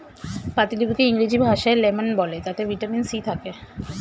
পাতিলেবুকে ইংরেজি ভাষায় লেমন বলে তাতে ভিটামিন সি থাকে